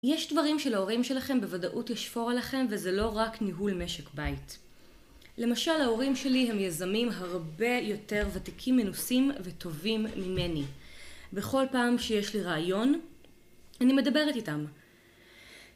יש דברים שלהורים שלכם בוודאות יש פור עליכם, וזה לא רק ניהול משק בית. למשל ההורים שלי הם יזמים הרבה יותר ותיקים מנוסים וטובים ממני. בכל פעם שיש לי רעיון, אני מדברת איתם.